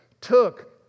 took